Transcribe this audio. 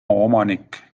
omanik